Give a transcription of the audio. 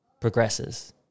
progresses